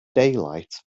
daylight